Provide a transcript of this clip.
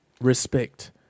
respect